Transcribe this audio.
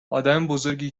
آدمبزرگی